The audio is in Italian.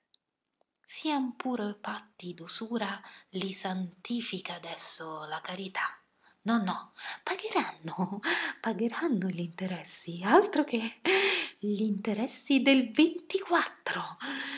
padre sian pur patti d'usura li santifica adesso la carità no no pagheranno pagheranno gli interessi altro che gl'interessi del ventiquattro